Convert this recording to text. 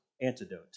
antidote